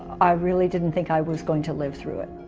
i really didn't think i was going to live through it.